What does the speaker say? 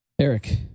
Eric